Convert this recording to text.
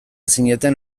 zineten